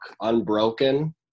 Unbroken